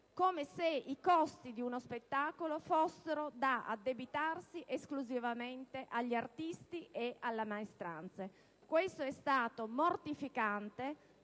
come se i costi di uno spettacolo fossero da addebitarsi esclusivamente agli artisti e alle maestranze. Ciò è stato mortificante.